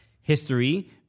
history